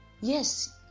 yes